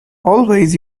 always